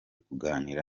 kuganira